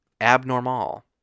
abnormal